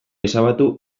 ezabatu